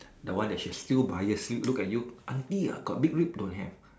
the one that she still bias she look at you aunty ah got big rib don't have